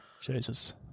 Jesus